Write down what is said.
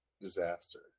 disaster